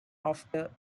after